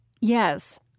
Yes